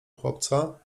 chłopca